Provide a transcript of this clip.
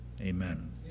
amen